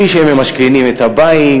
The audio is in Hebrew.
בלי שהם ממשכנים את הבית,